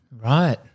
Right